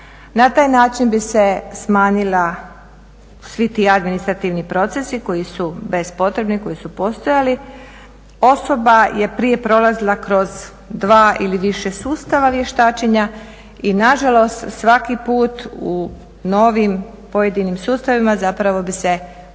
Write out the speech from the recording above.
na taj način bi se smanjila, svi ti administrativni procesi koji su bez potrebni, koji su postojali. Osoba je prije prolazila kroz dva ili više sustava vještačenja i nažalost svaki put u novim pojedinim sustavima zapravo bi se ponovno